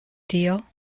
deal